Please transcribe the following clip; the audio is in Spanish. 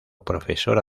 profesora